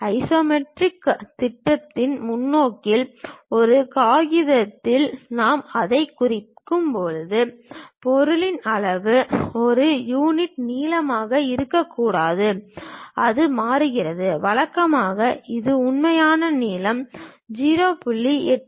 isometric திட்டத்தின் முன்னோக்கில் ஒரு காகிதத்தில் நாம் அதைக் குறிக்கும்போது பொருளின் அளவு ஒரு யூனிட் நீளமாக இருக்கக்கூடாது அது மாறுகிறது வழக்கமாக இது உண்மையான நீளத்தின் 0